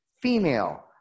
female